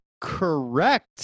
correct